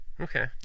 Okay